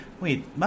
wait